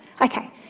Okay